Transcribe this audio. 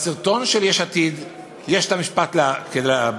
בסרטון של יש עתיד יש את המשפט הבא: